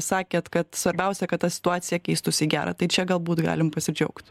sakėt kad svarbiausia kad ta situacija keistųsi į gera tai čia galbūt galim pasidžiaugt